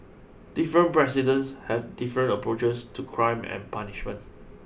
different presidents have different approaches to crime and punishment